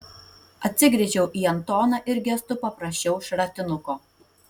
atsigręžiau į antoną ir gestu paprašiau šratinuko